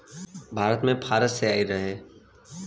भारत मे फारस से आइल रहे